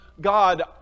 God